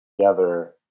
together